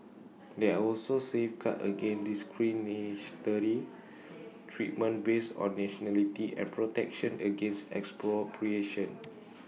there are also safeguards against discriminatory treatment based on nationality and protection against expropriation